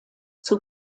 zur